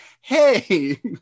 hey